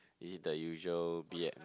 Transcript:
is it the usual B M